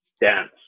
dance